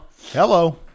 Hello